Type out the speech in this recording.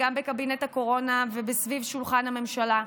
גם בקבינט הקורונה וסביב שולחן הממשלה.